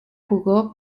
jugó